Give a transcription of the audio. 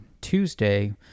Tuesday